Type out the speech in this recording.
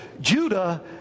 Judah